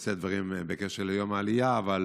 ולשאת דברים בקשר ליום העלייה, אבל